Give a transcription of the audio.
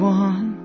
one